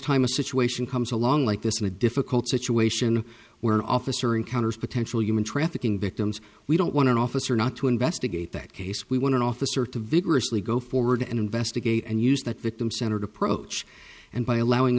time a situation comes along like this in a difficult situation where an officer encounters potential human trafficking victims we don't want an officer not to investigate that case we want an officer to vigorously go forward and investigate and use that victim centered approach and by allowing